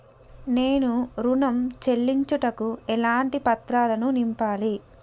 నేను ఋణం చెల్లించుటకు ఎలాంటి పత్రాలను నింపాలి?